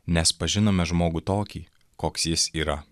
nes pažinome žmogų tokį koks jis yra